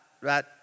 right